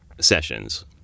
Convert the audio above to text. sessions